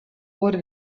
wurde